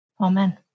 Amen